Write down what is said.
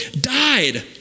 died